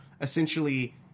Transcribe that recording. essentially